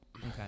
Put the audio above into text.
Okay